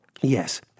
Yes